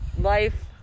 life